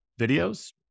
videos